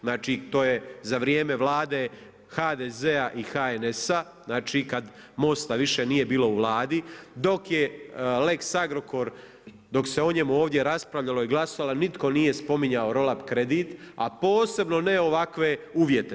Znači to je za vrijeme vlade HDZ-a i HNS-a, znači kad MOST-a više nije bilo u Vladi dok je lex Agrokor, dok se o njemu ovdje raspravljalo i glasovalo nitko nije spominjao roll up kredit, a posebno ne ovakve uvjete.